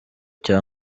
cya